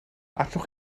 allwch